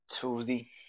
Tuesday